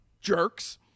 jerks